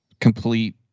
complete